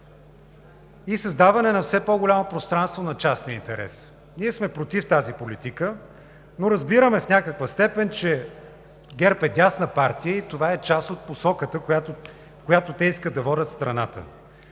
и създаване на все по-голямо пространство на частния интерес. Ние сме против тази политика, но разбираме в някаква степен, че ГЕРБ е дясна партия и това е част от посоката, в която те искат да водят страната